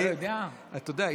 אתה יודע,